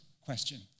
question